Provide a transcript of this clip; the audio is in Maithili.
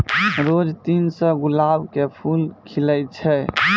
रोज तीन सौ गुलाब के फूल खिलै छै